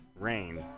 rain